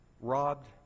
robbed